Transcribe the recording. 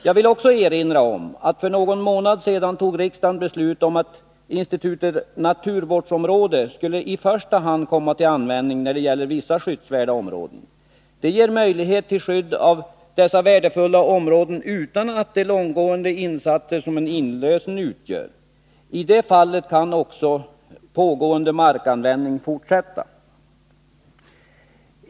Jag vill också erinra om att riksdagen för någon månad sedan fattade beslut om att institutet naturvårdsområde skulle komma till användning i första hand när det gäller vissa skyddsvärda områden. Det ger möjlighet till skydd av dessa värdefulla områden utan de långtgående insatser som en inlösen medför. I det fallet kan också pågående markanvändning fortsätta.